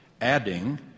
adding